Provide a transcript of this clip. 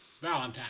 Valentine